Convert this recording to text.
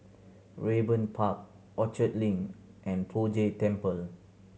Raeburn Park Orchard Link and Poh Jay Temple